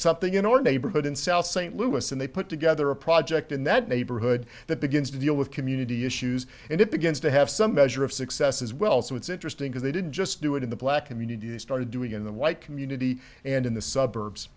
something in or neighborhood in south st louis and they put together a project in that neighborhood that begins to deal with community issues and it begins to have some measure of success as well so it's interesting because they didn't just do it in the black community they started doing in the white community and in the suburbs